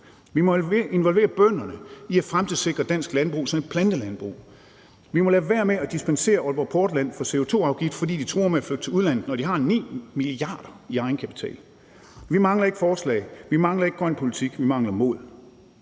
vi må involvere bønderne i at fremtidssikre dansk landbrug som et plantelandbrug; vi må lade være med at dispensere Aalborg Portland for CO2-afgift, fordi de truer med at flytte til udlandet, når de har 9 mia. kr. i egenkapital. Vi mangler ikke forslag, vi mangler ikke grøn politik – vi mangler mod.